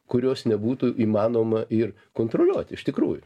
kurios nebūtų įmanoma ir kontroliuoti iš tikrųjų